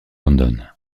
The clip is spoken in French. london